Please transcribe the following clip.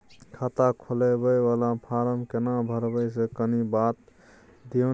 खाता खोलैबय वाला फारम केना भरबै से कनी बात दिय न?